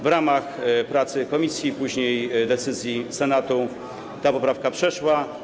W wyniku prac komisji, później decyzji Senatu, ta poprawka przeszła.